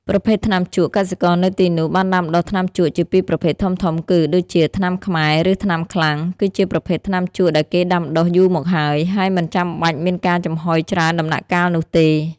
ប្រភេទថ្នាំជក់ កសិករនៅទីនោះបានដាំដុះថ្នាំជក់ជាពីរប្រភេទធំៗគឺ ដូចជា ថ្នាំខ្មែរ ឬថ្នាំខ្លាំង គឺជាប្រភេទថ្នាំជក់ដែលគេដាំដុះយូរមកហើយ ហើយមិនចាំបាច់មានការចំហុយច្រើនដំណាក់កាលនោះទេ។